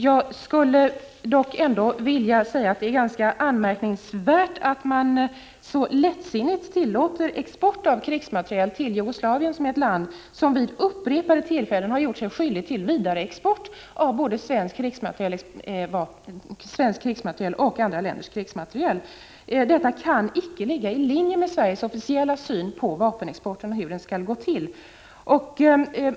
Jag skulle dock vilja säga att det är ganska anmärkningsvärt att man så lättsinnigt tillåter export av krigsmateriel till Jugoslavien, som är ett land som vid upprepade tillfällen gjort sig skyldigt till vidareexport av krigsmateriel från Sverige och andra länder. Detta kan inte ligga i linje med Sveriges officiella syn på hur vapenexport skall gå till.